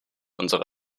unsere